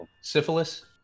Syphilis